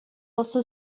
also